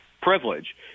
privilege